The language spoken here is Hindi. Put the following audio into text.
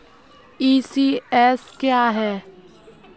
ई.सी.एस क्या है?